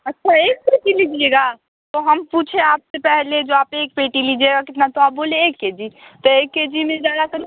अच्छा एक पेटी लीजिएगा तो हम पूछे आप से पहले जो आप एक पेटी लीजिएगा कितना तो आप बोले एक के जी त के जी में ज़्यादातर